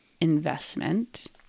investment